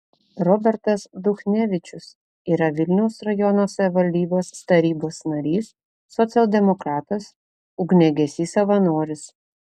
robertas duchnevičius yra vilniaus rajono savivaldybės tarybos narys socialdemokratas ugniagesys savanoris